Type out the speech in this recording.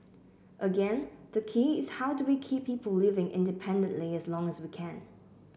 again the key is how do we keep people living independently as long as we can